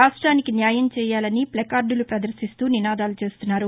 రాష్టానికి న్యాయం చెయ్యాలని ప్లకార్టలు ప్రదర్శిస్తూ నినాదాలు చేస్తున్నారు